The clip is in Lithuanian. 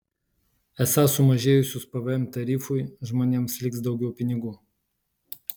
esą sumažėjusius pvm tarifui žmonėms liks daugiau pinigų